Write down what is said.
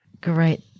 Great